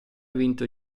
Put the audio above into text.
vinto